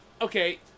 okay